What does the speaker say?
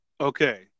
okay